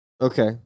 Okay